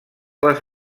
les